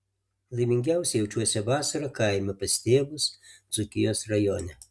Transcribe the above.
laimingiausia jaučiuosi vasarą kaime pas tėvus dzūkijos rajone